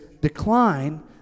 decline